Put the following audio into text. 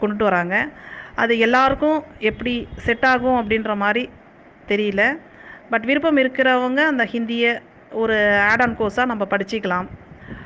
கொண்டுட்டு வராங்க அது எல்லாருக்கும் எப்படி செட்டாகும் அப்படின்ற மாதிரி தெரியலை பட் விருப்பம் இருக்கிறவங்க அந்த ஹிந்தியை ஒரு ஆட் ஆன் கோர்ஸாக நம்ம படிச்சுக்கலாம்